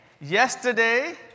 yesterday